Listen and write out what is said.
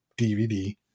DVD